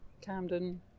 Camden